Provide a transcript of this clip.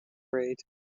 grade